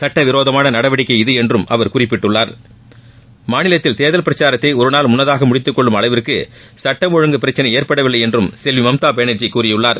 சட்டவிரோதமான நடவடிக்கை இது என்றும் அவர் குறிப்பிட்டுள்ளார் மாநிலத்தில் தேர்தல் பிரச்சாரத்தை ஒரு நாள் முன்னதாக முடித்துக் கொள்ளும் அளவிற்கு சுட்டம் ஒழுங்கு பிரச்சினை ஏற்படவில்லை என்றும் செல்வி மம்தா பானாஜி கூறியுள்ளார்